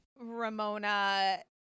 Ramona